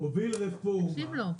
--- הוביל רפורמה,